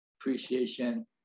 appreciation